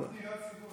גם פניות הציבור.